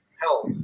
health